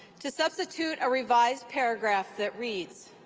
to substitute a revised paragraph that reads